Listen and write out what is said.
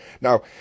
Now